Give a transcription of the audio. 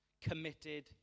committed